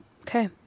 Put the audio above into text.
okay